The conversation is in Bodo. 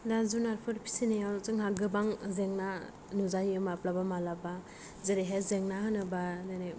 दा जुनारफोर फिसिनायाव जोंहा गोबां जेंना नुजायो माब्लाबा मालाबा जेरैहाय जेंना होनोबा जेरै